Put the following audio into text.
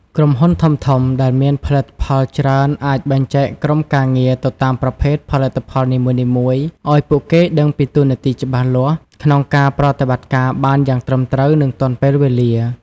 ក្រុមហ៊ុនធំៗដែលមានផលិតផលច្រើនអាចបែងចែកក្រុមការងារទៅតាមប្រភេទផលិតផលនីមួយៗឱ្យពួកគេដឹងពីតួនាទីច្បាស់លាស់ក្នុងការប្រតិបត្តិការបានយ៉ាងត្រឹមត្រូវនិងទាន់ពេលវេលា។